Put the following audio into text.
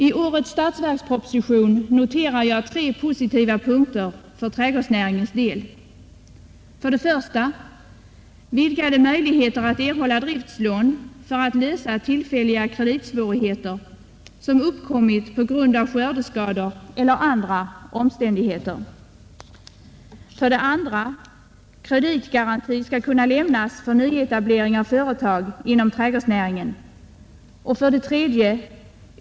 I årets statsverksproposition noterar jag tre positiva punkter ”för trädgårdsnäringens del: 1. Vidgade möjligheter att erhålla driftslån för att lösa tillfälliga kreditsvårigheter som uppkommit på grund av skördeskador eller andra omständigheter. 2. Kreditgarantier skall kunna lämnas för nyetablering av företag inom trädgårdsnäringen. 3.